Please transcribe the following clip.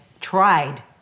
tried